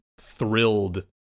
thrilled